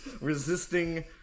Resisting